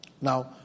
Now